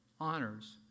honors